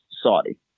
Saudi